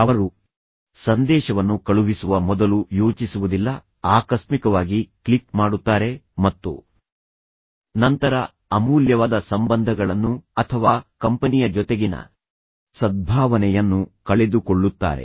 ಅವರು ಸಂದೇಶವನ್ನು ಕಳುಹಿಸುವ ಮೊದಲು ಯೋಚಿಸುವುದಿಲ್ಲ ಆಕಸ್ಮಿಕವಾಗಿ ಕ್ಲಿಕ್ ಮಾಡುತ್ತಾರೆ ಮತ್ತು ನಂತರ ಅಮೂಲ್ಯವಾದ ಸಂಬಂಧಗಳನ್ನು ಅಥವಾ ಕಂಪನಿಯ ಜೊತೆಗಿನ ಸದ್ಭಾವನೆಯನ್ನು ಕಳೆದುಕೊಳ್ಳುತ್ತಾರೆ